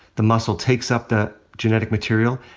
the muscle takes up that genetic material.